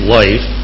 life